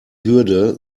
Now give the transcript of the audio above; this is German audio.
hürde